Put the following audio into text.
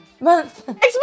Month